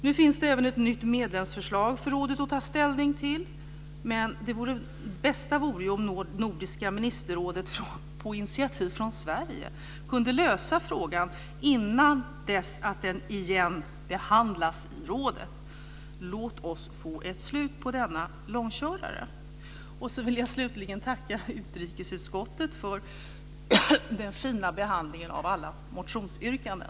Nu finns det även ett nytt medlemsförslag för rådet att ta ställning till, men det bästa vore ju om Nordiska ministerrådet, på initiativ från Sverige, kunde lösa frågan innan den återigen behandlas i rådet. Låt oss få ett slut på denna långkörare. Slutligen vill jag tacka utrikesutskottet för den fina behandlingen av alla motionsyrkanden.